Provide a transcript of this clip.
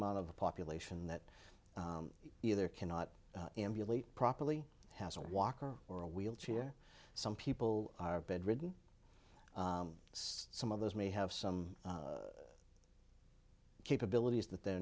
amount of the population that either cannot relate properly has a walker or a wheelchair some people are bedridden some of those may have some capabilities that they're